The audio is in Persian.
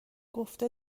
گفته